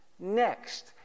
Next